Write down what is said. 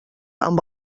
amb